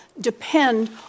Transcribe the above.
depend